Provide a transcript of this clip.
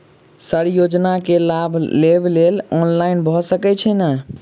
Sir योजना केँ लाभ लेबऽ लेल ऑनलाइन भऽ सकै छै नै?